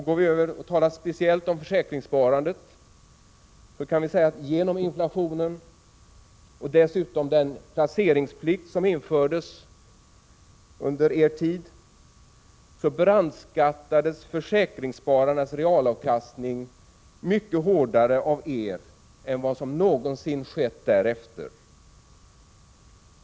Genom inflationen och dessutom den placeringsplikt som infördes under er tid brandskattades försäkringsspararnas realavkastning mycket hårdare än vad som någonsin skett därefter.